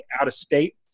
out-of-state